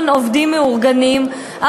עובדים מאורגנים מתוך 3 מיליון עובדים,